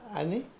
ani